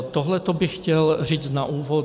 Tohle bych chtěl říci na úvod.